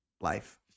life